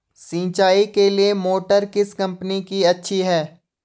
सिंचाई के लिए मोटर किस कंपनी की अच्छी है?